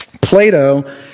Plato